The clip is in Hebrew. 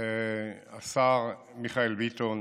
השר מיכאל ביטון